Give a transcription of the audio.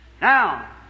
Now